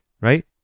Right